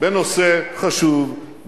בנושא חשוב,